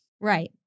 Right